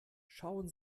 schauen